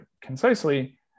concisely